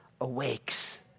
awakes